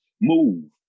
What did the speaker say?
move